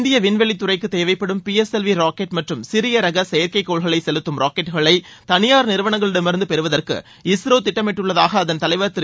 இந்திய விண்வெளித் துறைக்கு தேவைப்படும் பிஎஸ்எல்வி ராக்கெட் மற்றும் சிறிய ரக செயற்கைக் கோள்களை செலுத்தும் ராக்கெட்டுகளை தனியார் நிறுவனங்களிடமிருந்து பெறுவதற்கு இஸ்ரோ திட்டமிட்டுள்ளதாக அதன் தலைவர் திரு